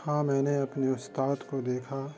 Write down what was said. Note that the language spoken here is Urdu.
ہاں میں نے اپنے استاد کو دیکھا